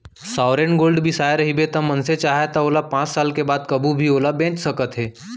sovereign gold bond बिसाए रहिबे त मनसे चाहय त ओला पाँच साल के बाद कभू भी ओला बेंच सकथे